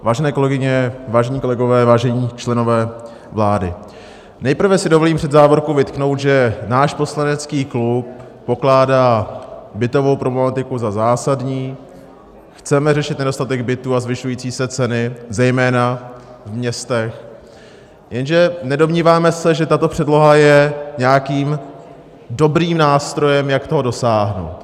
Vážené kolegyně, vážení kolegové, vážení členové vlády, nejprve si dovolím před závorku vytknout, že náš poslanecký klub pokládá bytovou problematiku za zásadní, chceme řešit nedostatek bytů a zvyšující se ceny zejména v městech, jenže se nedomníváme, že tato předloha je nějakým dobrým nástrojem, jak toho dosáhnout.